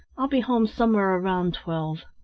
i'll be home somewhere around twelve.